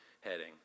heading